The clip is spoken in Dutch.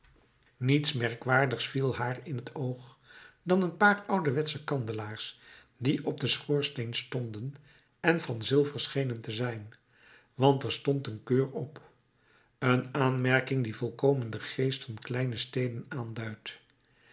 niets merkwaardigs viel haar in t oog dan een paar ouderwetsche kandelaars die op den schoorsteen stonden en van zilver schenen te zijn want er stond een keur op een aanmerking die volkomen den geest van kleine steden aanduidt